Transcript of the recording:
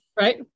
Right